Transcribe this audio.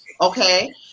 okay